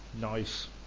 Nice